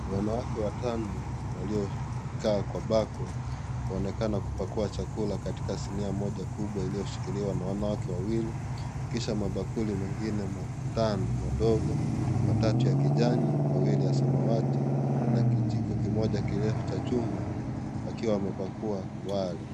Wanawake watano waliokaa kwa bako wanaonekana kupakua chakula katika sinia moja kubwa iliyoshikiliwa na wanawake wawili, kisha mabakuli mengine matano madogo, matatu ya kijani, mawili ya samawati na kijiko kimoja kirefu cha chuma wakiwa wamepakua wali.